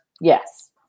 yes